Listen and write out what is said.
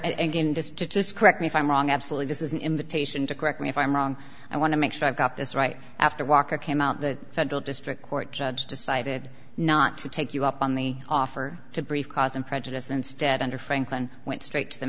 again just to just correct me if i'm wrong absolutely this is an invitation to correct me if i'm wrong i want to make sure i got this right after walker came out the federal district court judge decided not to take you up on the offer to brief and prejudice instead under franklin went straight to the